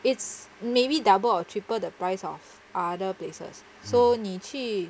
it's maybe double or triple the price of other places so 你去